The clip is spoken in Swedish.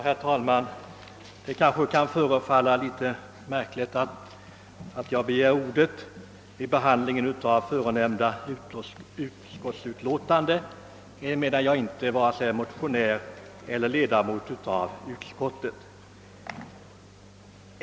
Herr talman! Det kanske kan förefalla litet märkligt att jag begär ordet vid behandlingen av föreliggande utskottsutlåtande, då jag inte är vare sig motionär eller ledamot av utskottet.